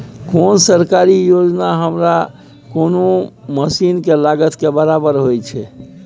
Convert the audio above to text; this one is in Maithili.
कोन सरकारी योजना हमरा कोनो मसीन के लागत के बराबर होय छै?